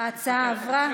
ההצעה עברה.